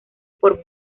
por